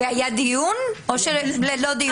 והיה דיון או שזה היה ללא דיון?